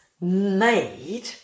made